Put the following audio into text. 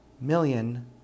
million